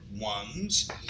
ones